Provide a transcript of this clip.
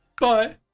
Bye